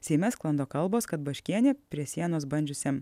seime sklando kalbos kad baškienė prie sienos bandžiusiam